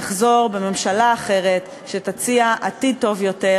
נחזור בממשלה אחרת שתציע עתיד טוב יותר,